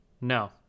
no